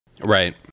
Right